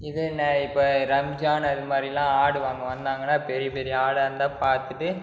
இதே நான் இப்போ ரம்ஜான் அது மாதிரில்லாம் ஆடு வாங்க வந்தாங்கன்னா பெரிய பெரிய ஆடாக இருந்தால் பார்த்துட்டு